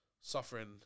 suffering